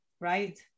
right